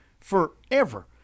Forever